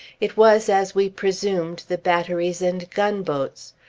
it was, as we presumed, the batteries and gunboats.